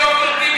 ד"ר טיבי,